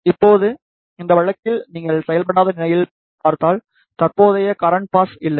இப்போது இந்த வழக்கில் நீங்கள் செயல்படாத நிலையில் பார்த்தால் தற்போதைய கரண்ட் பாஸ் இல்லை